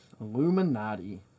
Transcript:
Illuminati